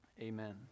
Amen